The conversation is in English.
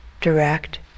direct